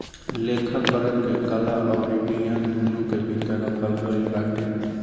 लेखाकरण के कला अउरी विज्ञान दूनो के भीतर रखल गईल बाटे